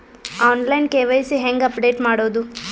On line KYC ಹೇಂಗ update ಮಾಡೋದು?